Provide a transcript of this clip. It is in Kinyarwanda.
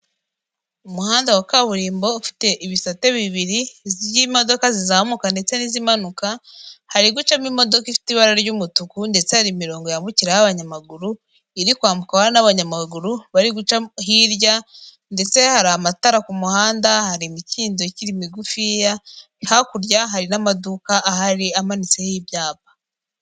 Umuhanda wa kaburimbo ufite ibisate bibiri by'imodoka zizamuka ndetse n'izimanuka, hari gucamo imodoka ifite ibara ry'umutuku ndetse hari imirongo yambukiraho abanyamaguru iri kwambukwaho n'abanyamaguru bari guca hirya ndetse hari amatara ku muhanda, hari imikindo ikiri migufiya, hakurya hari n'amaduka ahari amanitseho ibyapa.